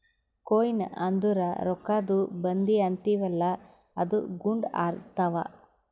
coin ಅಂದುರ್ ರೊಕ್ಕಾದು ಬಂದಿ ಅಂತೀವಿಯಲ್ಲ ಅದು ಗುಂಡ್ ಇರ್ತಾವ್